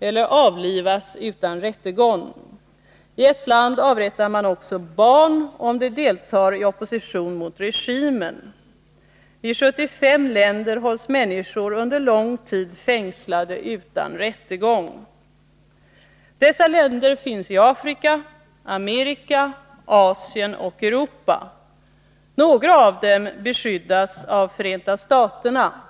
eller avlivas utan rättegång. I ett land avrättar man också barn om de deltar i opposition mot regimen. I 75 länder hålls människor under lång tid fängslade utan rättegång. Dessa länder finns i Afrika, Amerika, Asien och Europa. Några av dem beskyddas av Förenta staterna.